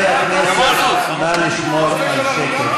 חברי הכנסת, נא לשמור על שקט.